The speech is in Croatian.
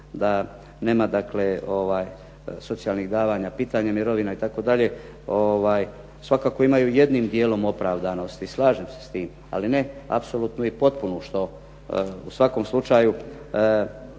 dakle socijalnih davanja, pitanje mirovina itd. Svakako imaju jednim dijelom opravdanosti. Slažem se s tim. Ali ne apsolutnu i potpunu što u svakom slučaju